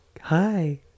hi